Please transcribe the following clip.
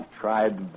tried